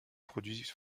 produits